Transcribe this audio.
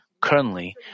Currently